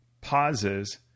pauses